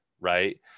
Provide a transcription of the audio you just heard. Right